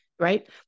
right